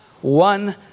one